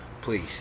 Please